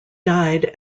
died